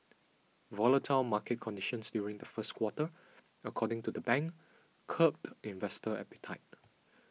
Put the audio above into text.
volatile market conditions during the first quarter according to the bank curbed investor appetite